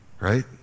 right